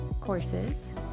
courses